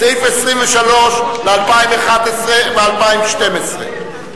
סעיף 23, ל-2011 ול-2012,